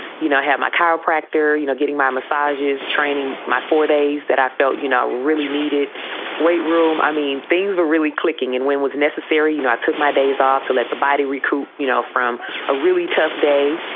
you know, i had my chiropractor, you know, getting my massages, training my four days that i felt, you know, really needed weight room. i mean, things were really clicking. and when was necessary, you know, i took my days off to let the body recoup, you know, from a really tough day.